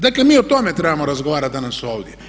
Dakle, mi o tome trebamo razgovarati danas ovdje.